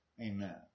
Amen